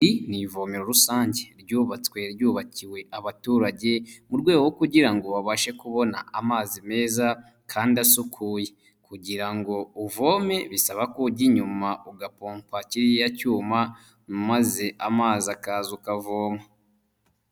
Iri ni ivomero rusange ryubatswe ryubakiwe abaturage mu rwego kugira ngo babashe kubona amazi meza kandi asukuye, kugira ngo uvome bisaba ko ujya inyuma ugapompa kiriya cyuma maze amazi akaza ukavoma.